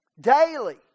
Daily